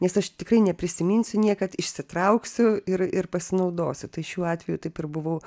nes aš tikrai neprisiminsiu niekad išsitrauksiu ir ir pasinaudosiu tai šiuo atveju taip ir buvau